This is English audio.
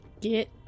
Get